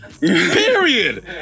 Period